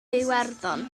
iwerddon